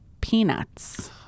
peanuts